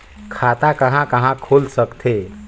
खाता कहा कहा खुल सकथे?